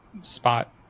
spot